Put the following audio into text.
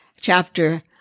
chapter